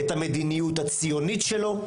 את המדיניות הציונית שלו.